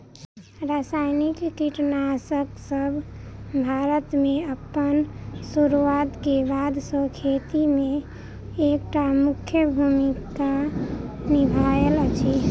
रासायनिक कीटनासकसब भारत मे अप्पन सुरुआत क बाद सँ खेती मे एक टा मुख्य भूमिका निभायल अछि